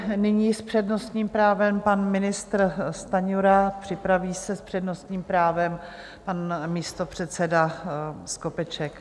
Nyní s přednostním právem pan ministr Stanjura, připraví se s přednostním právem pan místopředseda Skopeček.